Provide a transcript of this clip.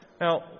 Now